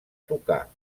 tocar